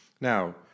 Now